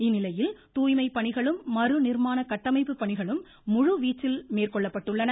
இந்நிலையில் தூய்மை பணிகளும் மறு நிர்மான கட்டமைப்பு பணிகளும் முழு வீச்சில் மேற்கொள்ளப்பட்டுள்ளன